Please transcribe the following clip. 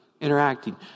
interacting